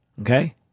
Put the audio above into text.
Okay